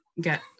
get